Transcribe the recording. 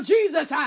Jesus